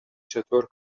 چطور